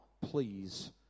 please